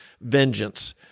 vengeance